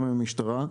עם המשטרה,